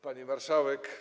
Pani Marszałek!